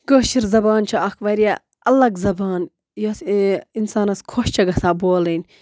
کٲشِر زبان چھِ اَکھ واریاہ اَلَگ زبان یۄس اِنسانَس خۄش چھےٚ گژھان بولٕنۍ